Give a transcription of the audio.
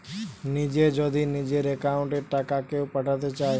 নিজে যদি নিজের একাউন্ট এ টাকা কেও পাঠাতে চায়